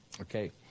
okay